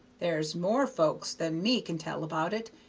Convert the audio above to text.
there's more folks than me can tell about it,